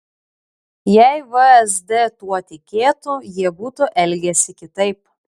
jei vsd tuo tikėtų jie būtų elgęsi kitaip